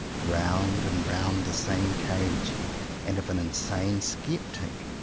round and round the same cage and of an insane sceptic,